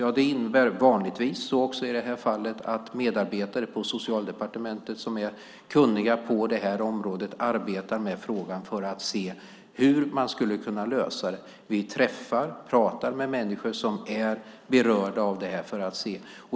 Ja, det innebär vanligtvis, så också i det här fallet, att medarbetare på Socialdepartementet som är kunniga på det här området arbetar med frågan för att se hur man skulle kunna lösa den. Vi träffar och pratar med människor som är berörda av det här.